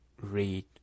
read